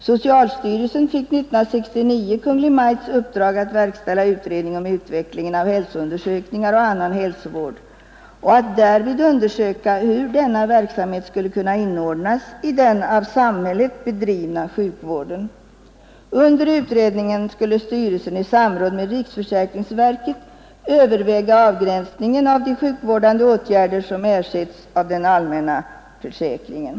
Socialstyrelsen fick 1969 Kungl. Maj:ts uppdrag att verkställa utredning om utvecklingen av hälsoundersökningar och annan hälsovård och att därvid undersöka hur denna verksamhet skulle kunna inordnas i den av samhället bedrivna sjukvården. Under utredningen skulle styrelsen i samråd med riksförsäkringsverket överväga avgränsningen av de sjukvårdande åtgärder som ersätts av den allmänna försäkringen.